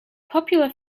popular